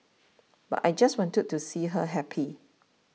but I just wanted to see her happy